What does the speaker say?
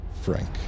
FRANK